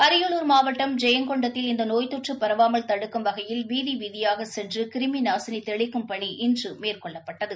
அரியலூர் மாவட்டம் ஜெயங்கொண்டத்தில் இந்த நோய் தொற்று பரவாமல் தடுக்கும் வகையில் வீதி வீதியாகச் சென்று கிருமி நாசினி தெளிக்கும் பணி இன்று மேற்கொள்ளப்பட்டது